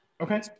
Okay